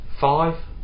Five